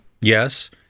yes